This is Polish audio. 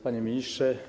Panie Ministrze!